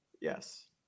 Yes